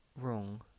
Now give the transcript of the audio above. wrong